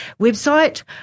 website